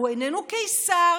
הוא איננו קיסר,